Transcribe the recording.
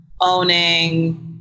owning